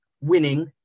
winning